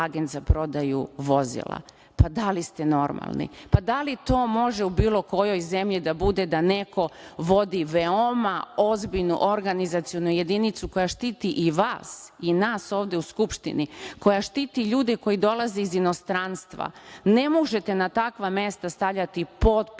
Pa da li ste normalni? Pa da li to može u bilo kojoj zemlji da bude da neko vodi veoma ozbiljnu organizacionu jedinicu, koja štiti i vas i nas ovde u Skupštini, koja štiti ljude koji dolaze iz inostranstva? Ne možete na takva mesta stavljati potpuno